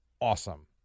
awesome